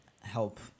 help